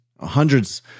Hundreds